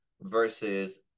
versus